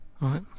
Right